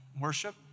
worship